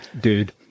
Dude